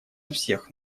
всех